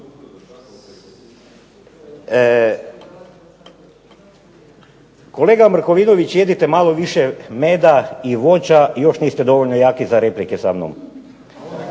Kolega Markovinović jedite malo više meda i voća, još niste dovoljno jaki za replike sa mnom.